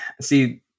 see